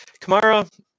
Kamara